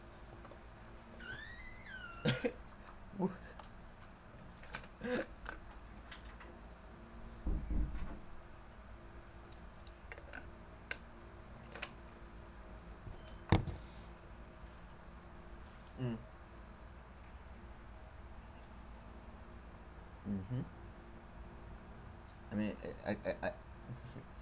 mm mmhmm I mean I I I